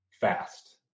fast